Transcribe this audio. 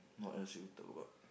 what else should we talk about